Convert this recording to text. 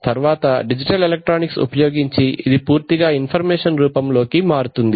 తరువాత digital electronics ఉపయోగించి ఇది పూర్తిగా ఇన్ఫర్మేషన్ రూపంలోకి మారుతుంది